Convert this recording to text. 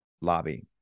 lobby